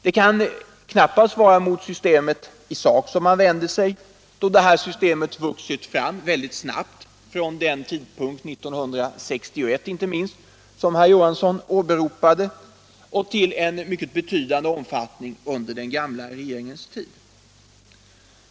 Det kan knappast vara mot systemet i sak som man vänder sig, eftersom detta system har vuxit fram väldigt snabbt från inte minst den tidpunkt år 1961 som herr Johansson åberopade och nått en betydande omfattning under den gamla regeringens tid.